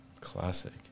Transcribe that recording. Classic